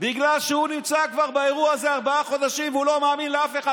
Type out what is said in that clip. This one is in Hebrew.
בגלל שהוא נמצא באירוע הזה כבר ארבעה חודשים והוא לא מאמין לאף אחד.